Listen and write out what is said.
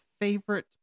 favorite